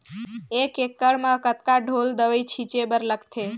एक एकड़ म कतका ढोल दवई छीचे बर लगथे?